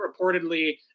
reportedly